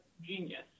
genius